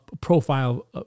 profile